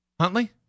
Huntley